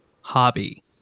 hobby